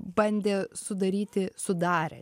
bandė sudaryti sudarė